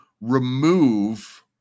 remove